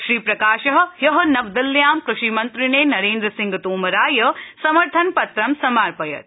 श्रीप्रकाश हय नवदिल्ल्यां कृषिमन्त्रिणे नरेन्द्रसिंह तोमराय समर्थनपत्रं समार्पयत्